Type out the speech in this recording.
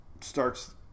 starts